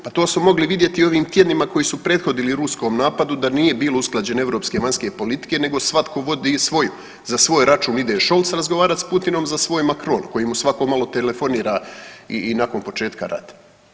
Pa to su mogli vidjeti u ovim tjednima koji su prethodili ruskom napadu da nije bilo usklađene europske vanjske politike nego svatko vodi svoj, za svoj račun ideš Scholz razgovarati s Putinom, za svoj Macron koji mu svako malo telefonira i nakon početka rata.